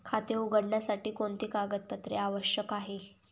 खाते उघडण्यासाठी कोणती कागदपत्रे आवश्यक आहे?